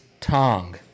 Tong